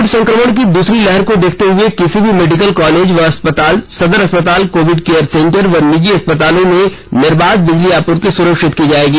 Covid संक्रमण की दूसरी लहर को देखते हुए किसी भी मेडिकल कॉलेज व अस्पताल सदर अस्पताल कोविड केयर सेंटर व निजी अस्पतालों में निर्बाध बिजली आपूर्ति सुनिश्चित की जाएगी